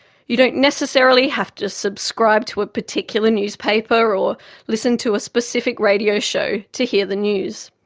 you don't necessarily have to subscribe to a particular newspaper or listen to a specific radio show to hear the news.